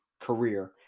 career